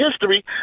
history